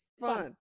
fun